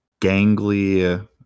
gangly